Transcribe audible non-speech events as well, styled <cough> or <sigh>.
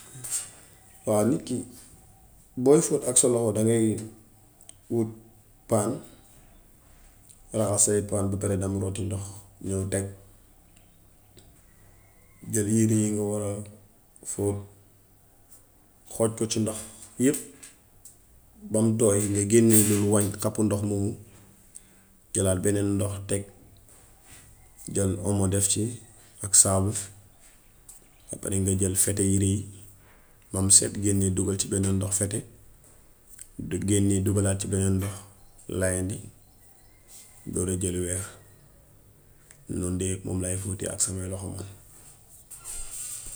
Waaw nit ki, booy fóot ak sa loxo dangay wut paan raxasee paan bi ba pare wuti ndox, ñëw teg, jël yëre yi nga war a fóot, xooj ko ci ndox yépp bam tooy nga génnee leen wañ, xappu ndox moomu jëlaat beneen ndox teg, jël omo def ci ak saabu. Après nga jël fete yëre yi bam set génne dugal ci beneen ndox fete, <hesitation> génne dugalaat ci beneen ndox layandi door a jël weer. Noon de moom laay fóotee ak samay loxo man.